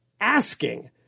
asking